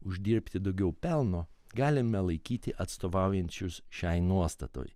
uždirbti daugiau pelno galime laikyti atstovaujančius šiai nuostatai